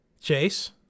Chase